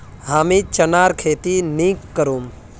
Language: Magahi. हमीं चनार खेती नी करुम